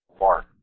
mark